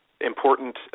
important